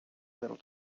little